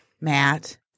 Matt